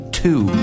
two